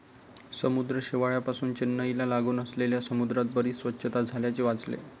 समुद्र शेवाळापासुन चेन्नईला लागून असलेल्या समुद्रात बरीच स्वच्छता झाल्याचे वाचले